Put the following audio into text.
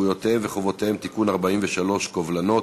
זכויותיהם וחובותיהם (תיקון מס' 43) (קובלנות),